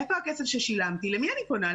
איפה הכסף ששילמתי, למי אני פונה?